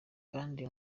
kandi